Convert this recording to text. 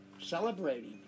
celebrating